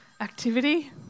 activity